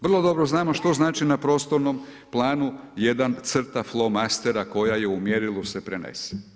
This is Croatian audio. Vrlo dobro znamo što znači na prostornom planu jedna crta flomastera koja je u mjerilu se prenese.